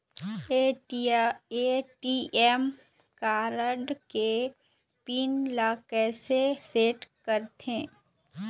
ATM card के pin ला कैसे सेट करथे?